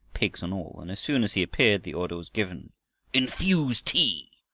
pigs and all, and as soon as he appeared the order was given infuse tea.